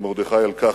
מרדכי אלקחי,